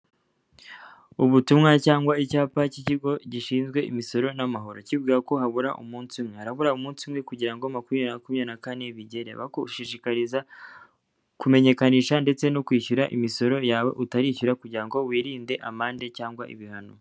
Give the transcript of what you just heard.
Ubutumwa cyangwa icyapa cy'ikigo gishinzwe imisoro n'amahoro. Kivuga ko habura umunsi umwe. Harabura umunsi umwe kugira ngo makumyabiri makumyabiri na kane bigere. Bashishikariza kumenyekanisha ndetse no kwishyura imisoro yawe utarishyura kugira ngo wirinde amande cyangwa ibihano.